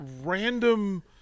random